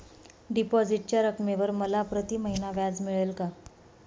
डिपॉझिटच्या रकमेवर मला प्रतिमहिना व्याज मिळेल का?